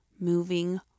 moving